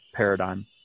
paradigm